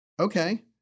Okay